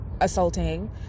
assaulting